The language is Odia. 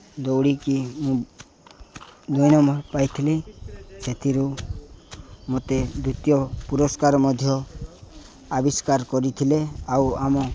ଦୌଡ଼ିକି ମୁଁ ଦୁଇ ନମ୍ବର୍ ପାଇଥିଲି ସେଥିରୁ ମୋତେ ଦ୍ଵିତୀୟ ପୁରସ୍କାର ମଧ୍ୟ ଆବିଷ୍କାର କରିଥିଲେ ଆଉ ଆମ